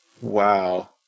Wow